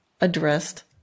addressed